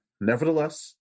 nevertheless